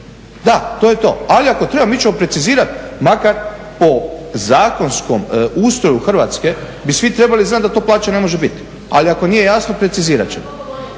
Da, to je to. Ali ako treba mi ćemo precizirati makar po zakonskom ustroju Hrvatske bi svi trebali znati da to plaća ne može bit, ali ako nije jasno precizirat ćemo.